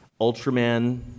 Ultraman